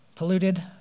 polluted